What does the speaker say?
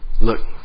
Look